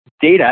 data